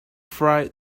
fry